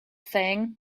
thing